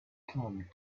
climbed